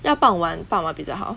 要傍晚傍晚比较好